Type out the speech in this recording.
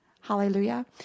Hallelujah